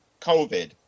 covid